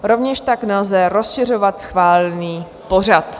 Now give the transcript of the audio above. Rovněž tak nelze rozšiřovat schválený pořad.